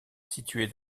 située